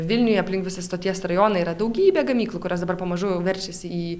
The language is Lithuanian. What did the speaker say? vilniuje aplink visą stoties rajoną yra daugybė gamyklų kurios dabar pamažu verčiasi į